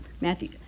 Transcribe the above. Matthew